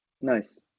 Nice